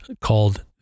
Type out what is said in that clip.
called